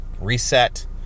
reset